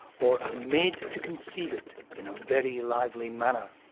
or are made to conceive it in a very lively manner.